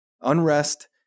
Unrest